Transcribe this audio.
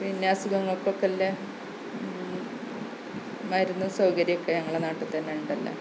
പിന്നെ അസുഖങ്ങള്ക്കൊക്കെല്ല മരുന്നും സൗകര്യവുമൊക്കെ ഞങ്ങളെ നാട്ടില്ത്തന്നെയുണ്ടല്ലോ